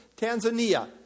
Tanzania